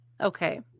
Okay